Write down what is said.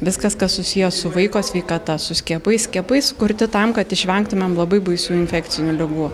viskas kas susiję su vaiko sveikata su skiepais skiepai sukurti tam kad išvengtumėm labai baisių infekcinių ligų